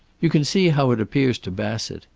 you can see how it appears to bassett.